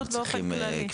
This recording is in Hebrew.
את